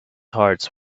hearts